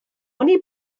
oni